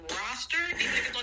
roster